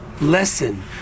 lesson